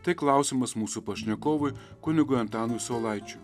tai klausimas mūsų pašnekovui kunigui antanui saulaičiui